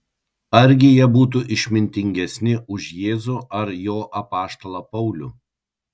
argi jie būtų išmintingesni už jėzų ar jo apaštalą paulių